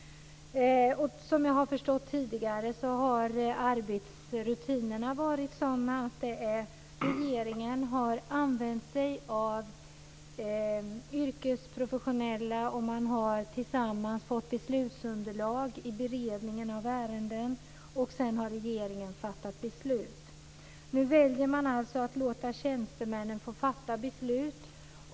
Som jag har förstått har arbetsrutinerna tidigare varit sådana att regeringen har använt sig av professionella yrkesmän, man har tillsammans fått fram beslutsunderlag i beredningen av ärenden och sedan har regeringen fattat beslut. Nu väljer man alltså att låta tjänstemännen få fatta beslut.